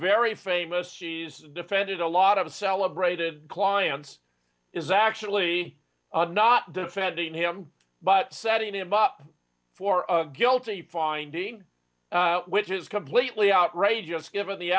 very famous she's defended a lot of celebrated clients is actually not defending him but setting him up for a guilty finding which is completely outrageous given the